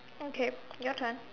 okay your turn